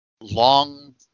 long